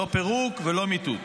לא פירוק ולא מיטוט.